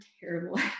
terrible